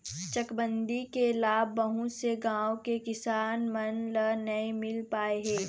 चकबंदी के लाभ बहुत से गाँव के किसान मन ल नइ मिल पाए हे